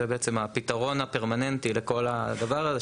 זה בעצם הפתרון הפרמננטי לכל הדבר הזה.